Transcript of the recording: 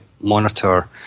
monitor